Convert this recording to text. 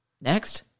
Next